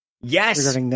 Yes